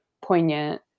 poignant